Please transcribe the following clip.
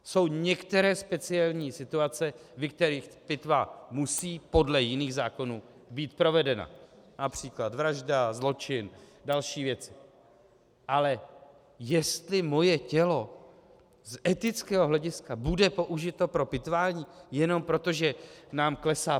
Jsou některé speciální situace, ve kterých pitva musí podle jiných zákonů být provedena, například vražda, zločin a další věci, ale jestli moje tělo z etického hlediska bude použito pro pitvání jenom proto, že nám klesá propitvanost?